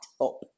up